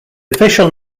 official